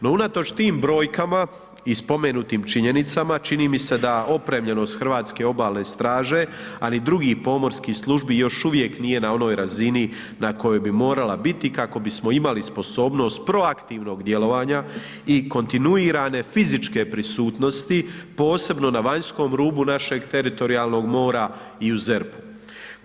No unatoč tim brojkama i spomenutim činjenicama, čini mi se da opremljenosti hrvatske Obalne straže a ni drugih pomorskih službi, još uvijek nije na onoj razini na kojoj bi morala biti kak bi smo imali sposobnost proaktivnog djelovanja i kontinuirane fizičke prisutnosti posebno na vanjskom rubu našeg teritorijalnog mora i u ZERP-u.